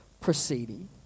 proceeding